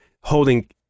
holding